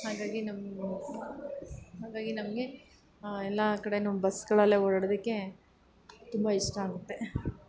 ಹಾಗಾಗಿ ನಮ್ಮ ಹಾಗಾಗಿ ನಮಗೆ ಎಲ್ಲ ಕಡೆಯೂ ಬಸ್ಗಳಲ್ಲೆ ಓಡಾಡೋದಕ್ಕೆ ತುಂಬ ಇಷ್ಟ ಅಂತೆ